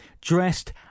dressed